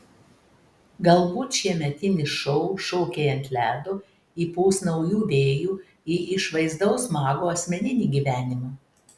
galbūt šiemetinis šou šokiai ant ledo įpūs naujų vėjų į išvaizdaus mago asmeninį gyvenimą